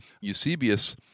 Eusebius